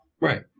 Right